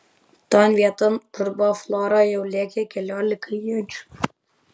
ton vieton kur buvo flora jau lėkė keliolika iečių